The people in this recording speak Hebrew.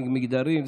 מגדרים.